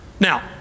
Now